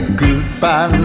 goodbye